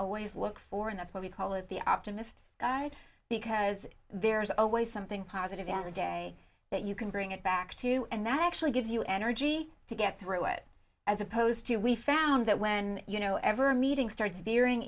always look for and that's what we call it the optimist guy because there's always something positive as day the you can bring it back to you and that actually gives you energy to get through it as opposed to we found that when you know every meeting starts veering